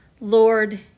Lord